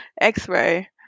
x-ray